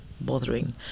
bothering